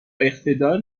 اقتدار